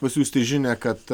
pasiųsti žinią kad